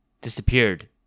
disappeared